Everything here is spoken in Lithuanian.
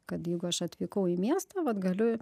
kad jeigu aš atvykau į miestą vat galiu